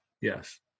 yes